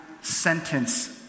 sentence